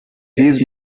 his